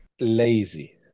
lazy